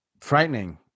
Frightening